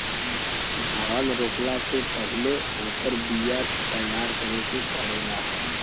धान रोपला से पहिले ओकर बिया तैयार करे के पड़ेला